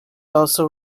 also